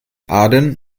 aden